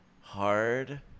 hard